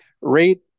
rate